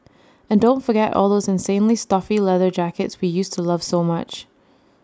and don't forget all those insanely stuffy leather jackets we used to love so much